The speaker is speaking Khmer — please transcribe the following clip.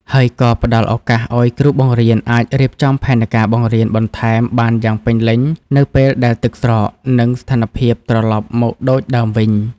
ហើយក៏ផ្តល់ឱកាសឱ្យគ្រូបង្រៀនអាចរៀបចំផែនការបង្រៀនបន្ថែមបានយ៉ាងពេញលេញនៅពេលដែលទឹកស្រក និងស្ថានភាពត្រឡប់មកដូចដើមវិញ។